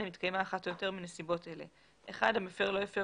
אם התקיימה אחת או יותר מנסיבות אלה: המפר לא הפר